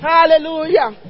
Hallelujah